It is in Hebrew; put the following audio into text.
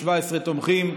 17 תומכים.